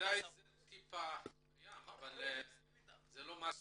זה טיפה בים ולא מספיק,